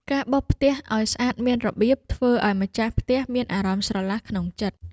ការបោសផ្ទះឱ្យស្អាតមានរបៀប ធ្វើឱ្យម្ចាស់ផ្ទះមានអារម្មណ៍ស្រឡះក្នុងចិត្ត។